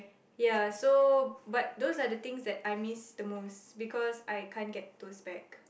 ya so but those are the things that I miss the most because I can't get those back